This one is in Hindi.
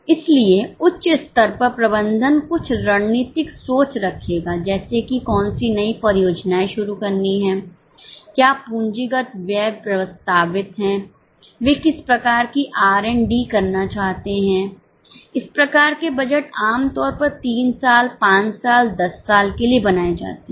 इसलिए उच्च स्तर पर प्रबंधन कुछ रणनीतिक सोच रखेगा जैसे कि कौन सी नई परियोजनाएं शुरू करनी है क्या पूंजीगत व्यय प्रस्तावित है वे किस प्रकार की आर एंड डी करना चाहते हैं इस प्रकार के बजट आम तौर पर 3 साल 5 साल 10 साल के लिए बनाए जाते हैं